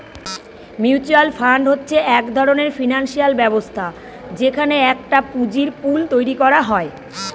mutual fund হচ্ছে এক ধরনের ফিনান্সিয়াল ব্যবস্থা যেখানে একটা পুঁজির পুল তৈরী করা হয়